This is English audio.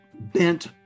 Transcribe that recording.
bent